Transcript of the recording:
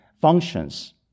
functions